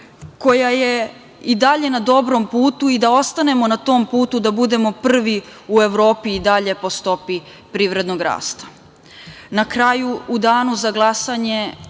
koja je i dalje na dobrom putu i da ostanemo na tom putu da budemo prvi u Evropi i dalje po stopi privrednog rasta. Na